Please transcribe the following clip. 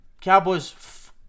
Cowboys